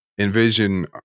envision